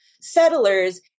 settlers